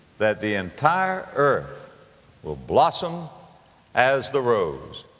that the entire earth will blossom as the rose.